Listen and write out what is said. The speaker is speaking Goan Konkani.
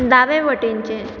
दावे वटेनचें